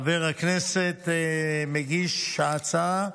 חבר הכנסת מגיש ההצעה,